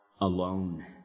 alone